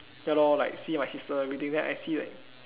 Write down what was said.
ya lor like see my sister everything then I see like